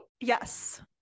Yes